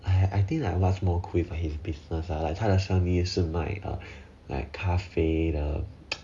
I I think like what's more cool is his business lah 他的生意是卖 like 咖啡的